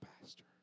pastor